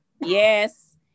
yes